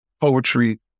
poetry